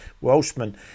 Welshman